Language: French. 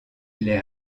les